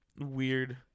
weird